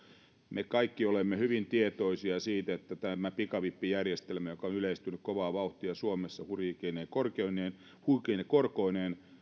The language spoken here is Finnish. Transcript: me kaikki olemme hyvin tietoisia siitä että tämä pikavippijärjestelmä joka on yleistynyt kovaa vauhtia suomessa huikeine korkoineen